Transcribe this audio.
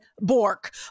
Bork